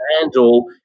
handle